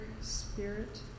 spirit